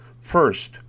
First